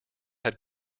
had